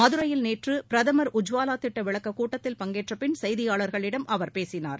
மதுரையில் நேற்று பிரதமர் உஜ்வாவா திட்ட விளக்கக் கூட்டத்தில் பங்கேற்றப்பின் செய்தியாளர்களிடம் அவர் பேசினார்